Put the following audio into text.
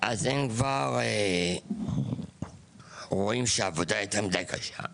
אז הם מחליטים שהעבודה יותר מידי קשה,